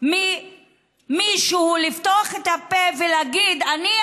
וימנעו ממישהו לפתוח את הפה ולהגיד: אני,